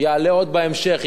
יעלה עוד בהמשך,